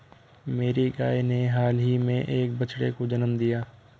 मेरी गाय ने हाल ही में एक बछड़े को जन्म दिया